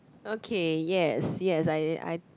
okay yes yes I I